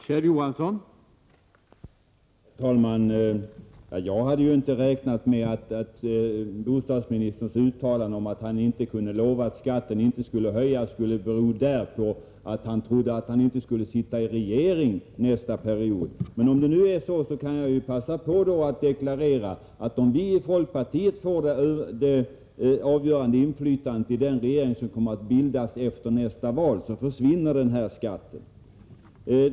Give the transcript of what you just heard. Herr talman! Jag hade ju inte räknat med att bostadsministerns uttalande om att han inte kunde lova att skatten inte skulle höjas berodde på att han inte trodde att han skulle sitta i regeringen nästa period. Men om det nu är så, kan jag passa på att deklarera att om vi i folkpartiet får det avgörande inflytandet i den regering som kommer att bildas efter nästa val så försvinner den här skatten.